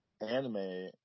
anime